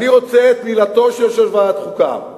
אני רוצה את מילתו של יושב-ראש ועדת החוקה,